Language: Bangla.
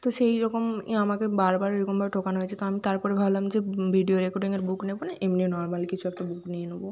তো সেই রকমই আমাকে বার বার এরকমভাবে ঠকানো হয়েছে তো আমি তার পরে ভাবলাম যে ভিডিও রেকর্ডিংয়ের বুক নেব না এমনি নর্মাল কিছু একটা বুক নিয়ে নেব